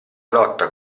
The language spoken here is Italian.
lotta